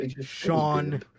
Sean